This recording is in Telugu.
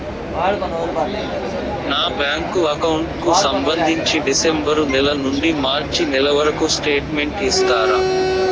నా బ్యాంకు అకౌంట్ కు సంబంధించి డిసెంబరు నెల నుండి మార్చి నెలవరకు స్టేట్మెంట్ ఇస్తారా?